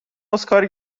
اسکار